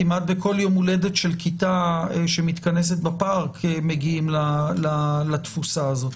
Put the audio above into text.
כמעט בכל יום הולדת של כיתה שמתכנסת בפארק מגיעים לתפוסה הזאת,